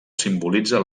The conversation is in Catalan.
simbolitza